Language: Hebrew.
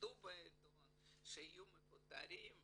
שעבדו בעיתון שיהיו מפוטרים.